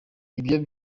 ibyo